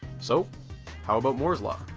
so how about moore's law?